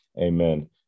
amen